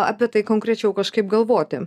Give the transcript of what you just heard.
apie tai konkrečiau kažkaip galvoti